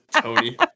Tony